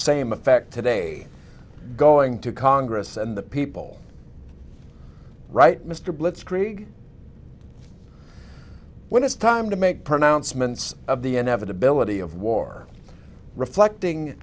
same effect today going to congress and the people right mr blitzkrieg when it's time to make pronouncements of the inevitability of war reflecting